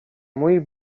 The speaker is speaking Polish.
mój